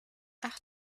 ach